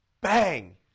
Bang